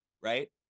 right